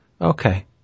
Okay